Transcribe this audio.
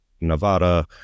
Nevada